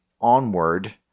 onward